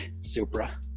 supra